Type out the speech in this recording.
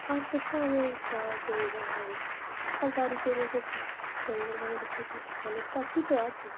আর কোথাও আমি যাওয়ার প্রয়োজন হয়নি আর বাড়িতে দেখেছি সুন্দরবনে দেখেছি অনেক পাখি তো আছে